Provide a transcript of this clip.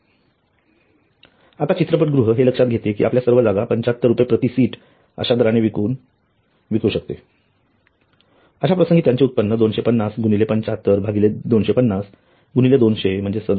उत्पन्न १०० X २०० २०० X २५० आता चित्रपटगृह हे लक्षात घेते कि आपल्या सर्व जागा 75 रुपये प्रति सीट अश्या दराने विकू शकते अश्या प्रसंगी त्यांचे उत्पन्न 250 गुणिले 75 भागिले 250 गुणिले 200 म्हणजे 37